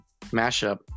mashup